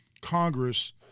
Congress